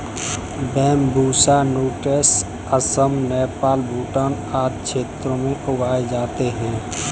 Bambusa nutans Assam, Nepal, Bhutan आदि क्षेत्रों में उगाए जाते है